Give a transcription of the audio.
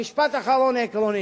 משפט אחרון עקרוני,